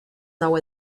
now